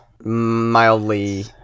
mildly